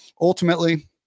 ultimately